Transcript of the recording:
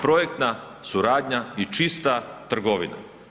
Projektna suradnja i čista trgovina.